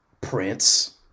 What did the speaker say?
Prince